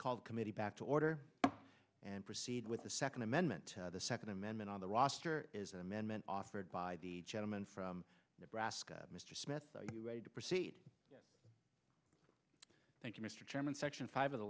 called committee back to order and proceed with the second amendment the second amendment on the roster is an amendment offered by the gentleman from nebraska mr smith are you ready to proceed thank you mr chairman section five of the